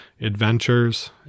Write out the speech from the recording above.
adventures